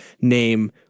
name